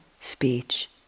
speech